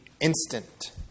instant